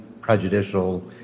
prejudicial